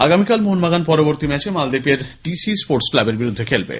আগামীকাল মোহনবাগান পরবর্তী ম্যাচে মালদ্বীপের টিসি স্পোর্টস ক্লাবের বিরুদ্ধে খেলবে